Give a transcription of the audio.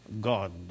God